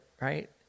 right